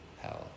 hell